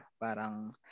parang